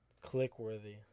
click-worthy